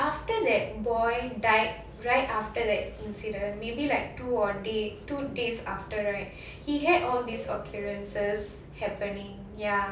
after that boy died right after that incident maybe like two or day two days after right he had all these occurrences happening ya